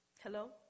Hello